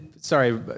sorry